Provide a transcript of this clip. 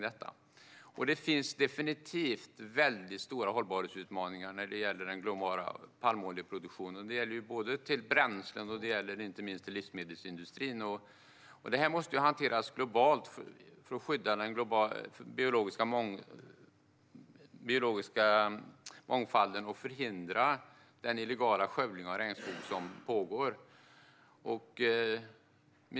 Det finns definitivt stora hållbarhetsutmaningar när det gäller den globala palmoljeproduktionen. Palmoljan används både till bränslen och till livsmedelsindustrin, och det här måste hanteras globalt för att skydda den biologiska mångfalden och förhindra den illegala skövling av regnskog som pågår.